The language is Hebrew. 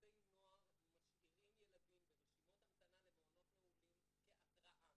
שופטי נוער משאירים ילדים ברשימות המתנה למעונות נעולים כהתראה,